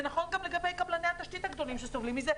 זה נכון גם לגבי קבלני התשתית הגדולים שסובלים מזה.